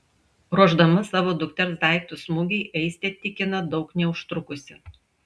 ruošdama savo dukters daiktus mugei aistė tikina daug neužtrukusi